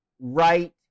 right